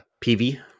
PV